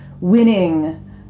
winning